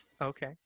Okay